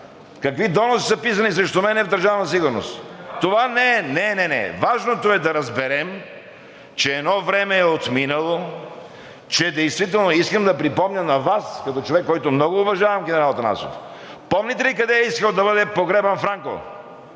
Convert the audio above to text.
какви доноси са писани срещу мен в Държавна сигурност! (Реплики от ДБ.) Не, не, не! Важното е да разберем, че едно време е отминало, че действително… Искам да припомня на Вас като човек, когото много уважавам, генерал Атанасов – помните ли къде е искал да бъде погребан Франко?